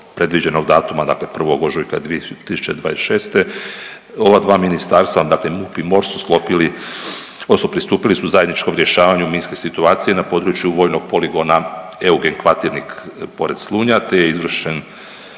predviđenog datuma, dakle 1. ožujka 2026., ova dva ministarstva, dakle MUP i MORH su sklopili, odnosno pristupili su zajedničkom rješavanju minske situacije na području vojnog poligona Eugen Kvaternik pored Slunja te je izvršen